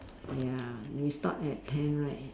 ya we start at ten right